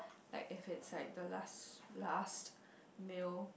like if it's like the last last meal